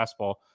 fastball